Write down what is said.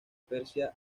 persia